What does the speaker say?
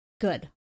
Good